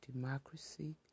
democracy